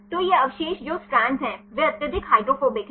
तो ये अवशेष जो स्ट्रैंड्स हैं वे अत्यधिक हाइड्रोफोबिक हैं